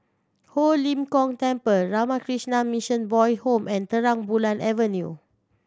Ho Lim Kong Temple Ramakrishna Mission Boy Home and Terang Bulan Avenue